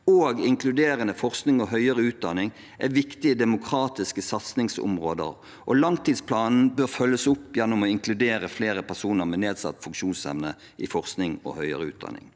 og inkluderende forskning og høyere utdanning er viktige demokratiske satsingsområder, og langtidsplanen bør følges opp gjennom å inkludere flere personer med nedsatt funksjonsevne i forskning og høyere utdanning.